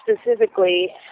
specifically